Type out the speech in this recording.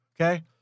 Okay